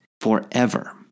forever